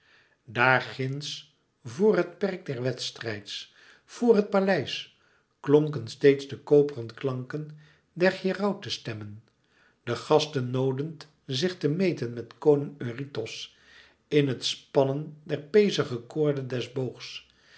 daar ginds vor het perk des wedstrijds vor het paleis klonken steeds de koperen klanken der herautestemmen de gasten noodend zich te meten met koning eurytos in het spannen der pezige koorde des